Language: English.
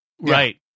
Right